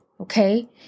okay